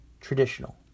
traditional